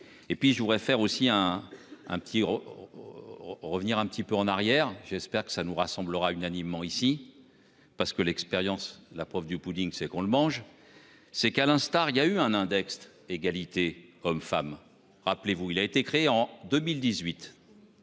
et puis je voudrais faire aussi hein. Un petit. Revenir un petit peu en arrière, j'espère que ça nous rassemblera unanimement ici. Parce que l'expérience, la preuve du pudding, c'est qu'on le mange. C'est qu'à l'instar il y a eu un index égalité. Hommes-Femmes, rappelez-vous il a été créé en 2018.